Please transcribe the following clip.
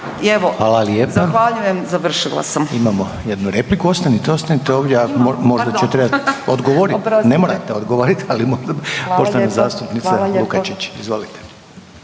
Hvala lijepo. Imamo jednu repliku, ostanite ovdje možda će trebat odgovorit, ne morate odgovorit ali možda bi. Poštovana zastupnica Lukačić. Izvolite.